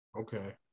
Okay